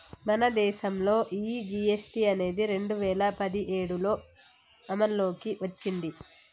మన దేసంలో ఈ జీ.ఎస్.టి అనేది రెండు వేల పదిఏడులో అమల్లోకి ఓచ్చింది